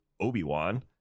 obi-wan